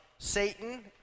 Satan